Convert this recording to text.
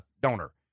donor